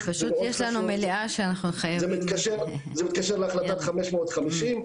זה מתקשר להחלטה 550,